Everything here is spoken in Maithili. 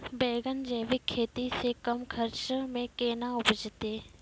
बैंगन जैविक खेती से कम खर्च मे कैना उपजते?